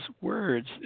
words